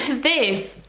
this